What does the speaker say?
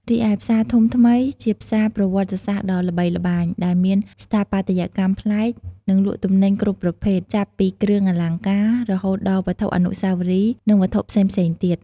រីឯផ្សារធំថ្មី ជាផ្សារប្រវត្តិសាស្ត្រដ៏ល្បីល្បាញ ដែលមានស្ថាបត្យកម្មប្លែក និងលក់ទំនិញគ្រប់ប្រភេទ ចាប់ពីគ្រឿងអលង្ការ រហូតដល់វត្ថុអនុស្សាវរីយ៍ និងវត្ថុផ្សេងៗទៀត។